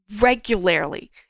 regularly